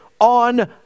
on